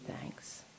thanks